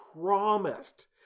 promised